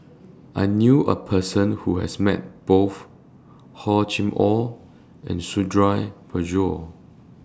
I knew A Person Who has Met Both Hor Chim Or and Suradi Parjo